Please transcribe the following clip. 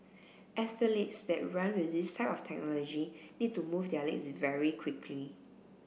athletes that run with this type of technology need to move their legs very quickly